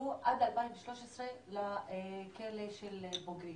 חזרו עד 2013 לכלא של בוגרים.